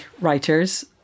writers